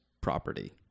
property